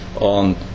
on